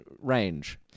range